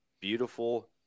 beautiful